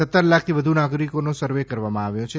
સત્તર લાખથી વધુ નાગરિકીનો સર્વે કરવામાં આવ્યો છે